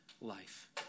life